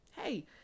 Hey